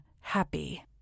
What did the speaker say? happy